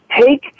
take